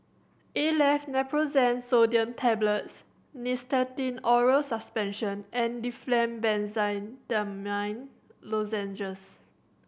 Aleve Naproxen Sodium Tablets Nystatin Oral Suspension and Difflam Benzydamine Lozenges